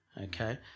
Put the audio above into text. Okay